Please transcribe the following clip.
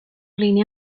línea